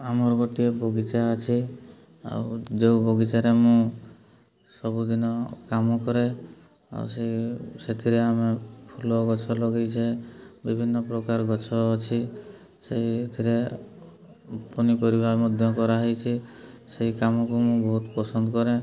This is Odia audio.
ଆମର ଗୋଟିଏ ବଗିଚା ଅଛି ଆଉ ଯୋଉ ବଗିଚାରେ ମୁଁ ସବୁଦିନ କାମ କରେ ଆଉ ସେଥିରେ ଆମେ ଫୁଲ ଗଛ ଲଗେଇଛେ ବିଭିନ୍ନ ପ୍ରକାର ଗଛ ଅଛି ସେଇଥିରେ ପନିପରିବା ମଧ୍ୟ କରାହେଇଛି ସେଇ କାମକୁ ମୁଁ ବହୁତ ପସନ୍ଦ କରେ